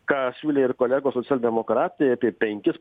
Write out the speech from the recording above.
ką siūlė ir kolegos socialdemokratai apie penkis